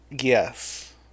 Yes